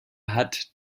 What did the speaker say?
hat